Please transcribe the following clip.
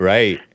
Right